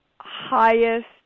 highest –